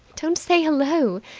don't say hello!